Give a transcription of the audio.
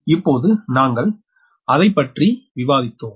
இப்போது நாங்கள் அதைப் பற்றி விவாதித்தோம்